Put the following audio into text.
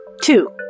Two